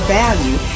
value